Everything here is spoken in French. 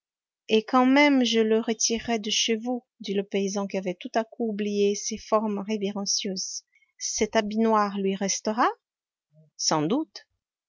et quand même je le retirerais de chez vous dit le paysan qui avait tout à coup oublié ses formes révérencieuses cet habit noir lui restera sans doute